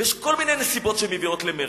ויש כל מיני נסיבות שמביאות למרד.